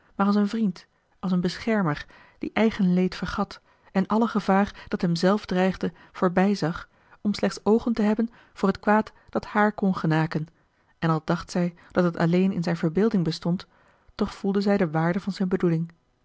maar als een vriend als een beschermer die eigen leed vergat en alle gevaar dat hem zelf dreigde voorbijzag om slechts oogen te hebben voor het kwaad dat haar kon genaken en al dacht zij dat het alleen in zijne verbeelding bestond toch voelde zij de waarde van zijne bedoeling